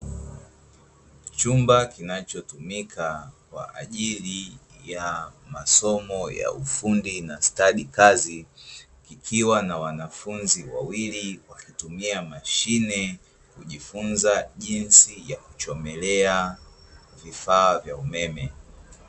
Chumba kinachotumika kwa ajili ya masomo ya ufundi na stadi kazi, kikiwa na wanafunzi wawili wakitumia mashine kujifunza jinsi ya kuchomelea vifaa vya umeme.